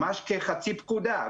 ממש כחצי פקודה,